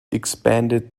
expanded